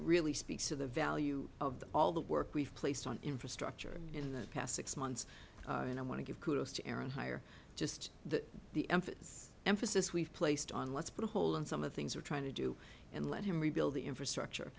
really speaks to the value of the all the work we've placed on infrastructure in the past six months and i want to give kudos to aaron higher just that the emphasis emphasis we've placed on let's put a hole in some of things are trying to do and let him rebuild the infrastructure